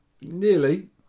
nearly